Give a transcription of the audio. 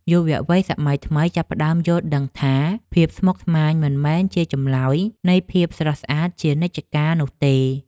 យុវវ័យសម័យថ្មីចាប់ផ្តើមយល់ដឹងថាភាពស្មុគស្មាញមិនមែនជាចម្លើយនៃភាពស្រស់ស្អាតជានិច្ចកាលនោះទេ។